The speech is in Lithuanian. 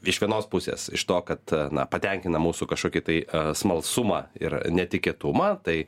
iš vienos pusės iš to kad na patenkina mūsų kažkokį tai smalsumą ir netikėtumą tai